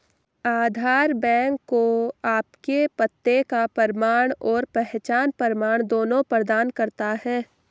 आधार bank को आपके पते का प्रमाण और पहचान प्रमाण दोनों प्रदान करता है